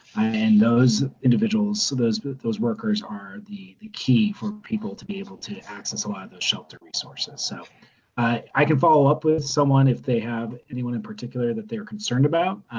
and those individuals, so those but those workers, are the the key for people to be able to access a lot of those shelter resources. so i can follow up with someone if they have anyone in particular that they are concerned about.